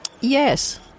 Yes